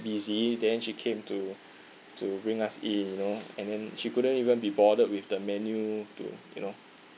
busy then she came to to bring us in you know and then she couldn't even be bothered with the menu to you know